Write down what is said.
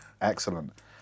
Excellent